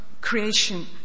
creation